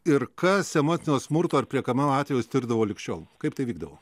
ir kas emocinio smurto ar plikame latvijos tirdavo lig šiol kaip tai vykdo